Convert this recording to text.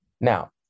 now